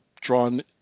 drawn